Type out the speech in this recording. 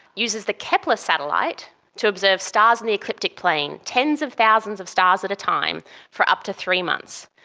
uses the kepler satellite to observe stars in the eclectic plane, tens of thousands of stars at a time for up to three months.